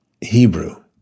Hebrew